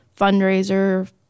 fundraiser